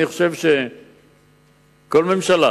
אני חושב שכל ממשלה